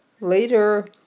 later